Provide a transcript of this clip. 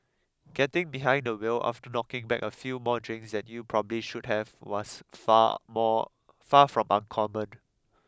getting behind the wheel after knocking back a few more drinks than you probably should have was far more far from uncommon